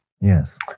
Yes